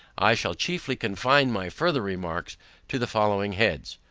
i shall chiefly confine my farther remarks to the following heads.